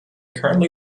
currently